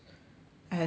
I also don't know